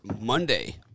Monday